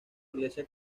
iglesia